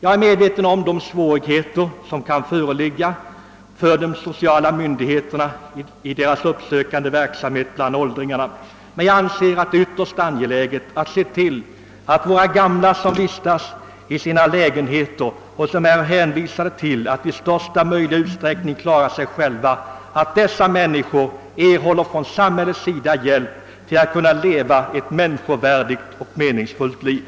Jag är medveten om de svårigheter som kan föreligga för de sociala myndigheterna i deras uppsökande verksamhet bland åldringarna, men jag anser att det är ytterst angeläget att se till att de gamla som vistas i sina lägenheter och som är hänvisade till att i största möjliga utsträckning klara sig själva får hjälp av samhället till att kunna leva ett människovärdigt och meningsfullt liv.